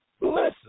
Listen